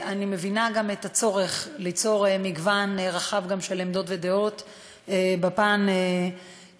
אני מבינה גם את הצורך ליצור מגוון רחב גם של עמדות ודעות בפן המדיני,